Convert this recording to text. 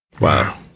Wow